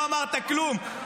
לא אמרת כלום.